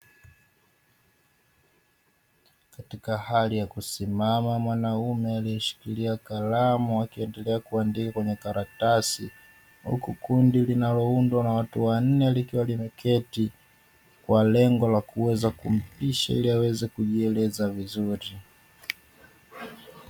Katika hali ya kusimama mwanaume aliyeshikilia kalamu akiendelea kuandika kwenye karatasi, huku kundi linaloundwa na watu wanne likiwa limeketi kwa lengo la kuweza kumpisha ili aweze kujieleza vizuri.